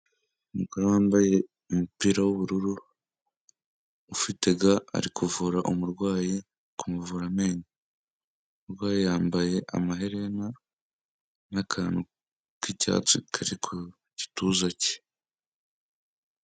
Umugore wambaye umupira w'ubururu ufite ga, ari kuvura umurwayi kumuvura amenyo umurwayi yambaye amaherena n'akantu k'icyatsi kari ku gituza cye.